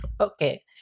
Okay